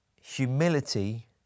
Humility